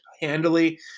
handily